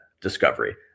discovery